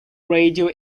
radio